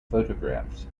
photographs